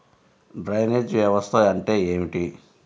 Drainage వ్యవస్థ అంటే ఏమిటి?